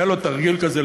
היה לו תרגיל כזה,